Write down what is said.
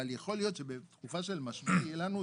אבל יכול להיות שבתקופה של משבר תהיה לנו.